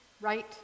right